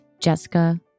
jessica